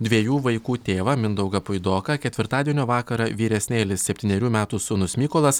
dviejų vaikų tėvą mindaugą puidoką ketvirtadienio vakarą vyresnėlis septynerių metų sūnus mykolas